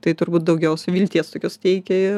tai turbūt daugiausiai vilties tokios teikia ir